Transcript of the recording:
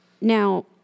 Now